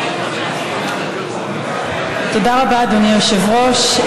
תודה רבה, אדוני היושב-ראש.